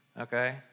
okay